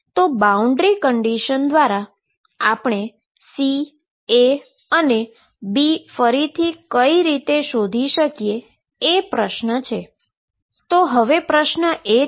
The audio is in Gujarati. તો બાઉન્ડ્રી કંડીશન દ્વારા આપણે C A અને B ફરીથી કઈ રીતે શોધી શકીએ એ પ્રશ્ન છે